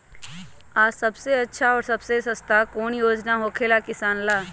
आ सबसे अच्छा और सबसे सस्ता कौन योजना होखेला किसान ला?